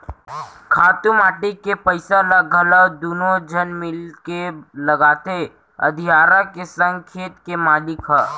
खातू माटी के पइसा ल घलौ दुनों झन मिलके लगाथें अधियारा के संग खेत के मालिक ह